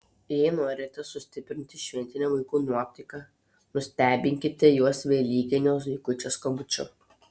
jei norite sustiprinti šventinę vaikų nuotaiką nustebinkite juos velykinio zuikučio skambučiu